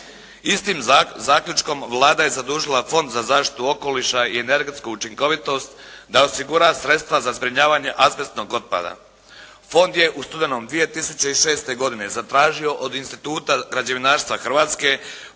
Istim zaključkom Vlada je zadužila Fond za zaštitu okoliša i energetsku učinkovitost da osigura sredstva za zbrinjavanje azbestnog otpada. Fond je u studenom 2006. godine zatražio od Instituta građevinarstva Hrvatske